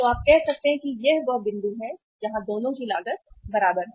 तो आप कहते हैं कि यह वह बिंदु है जहां दोनों की लागत बराबर है